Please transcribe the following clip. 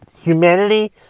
humanity